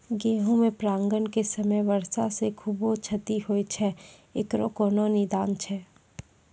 गेहूँ मे परागण के समय वर्षा से खुबे क्षति होय छैय इकरो कोनो निदान छै?